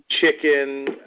chicken